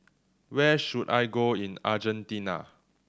where should I go in Argentina